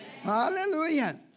Hallelujah